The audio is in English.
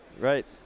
Right